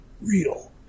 real